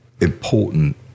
important